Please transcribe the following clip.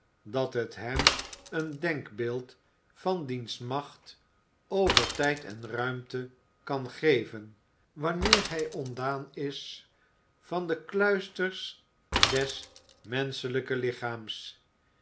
dat het hem een denkbeeld van diens macht over tijd en ruimte kan geven wanneer hij ontdaan is van de kluisters des menschelijken lichaams